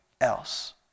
else